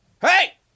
Hey